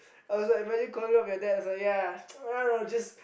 I was like imagine calling up your dad it's like ya I don't know just